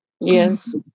Yes